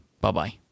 Bye-bye